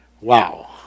Wow